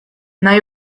nahi